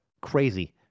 crazy